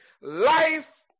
life